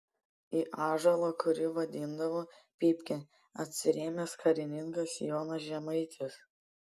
į ąžuolą kurį vadindavo pypke atsirėmęs karininkas jonas žemaitis